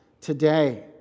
today